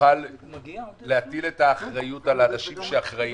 שתוכל להטיל את האחריות על האנשים שאחראים,